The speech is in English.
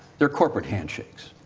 they are corporate handshakes.